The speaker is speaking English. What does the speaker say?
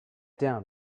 down